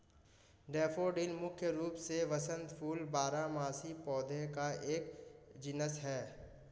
daffodil मुख्य रूप से वसंत फूल बारहमासी पौधों का एक जीनस है